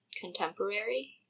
contemporary